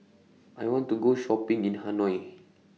I want to Go Shopping in Hanoi